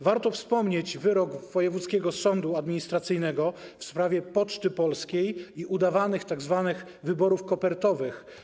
Warto wspomnieć wyrok wojewódzkiego sądu administracyjnego w sprawie Poczty Polskiej i udawanych tzw. wyborów kopertowych.